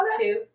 two